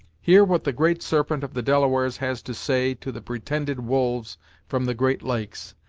hear what the great serpent of the delawares has to say to the pretended wolves from the great lakes,